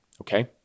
Okay